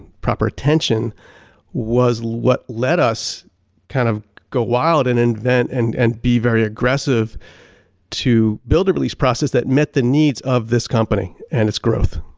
proper tension was what let us kind of go wild and invent and and be very aggressive to build a release process that met the needs of this company and its growth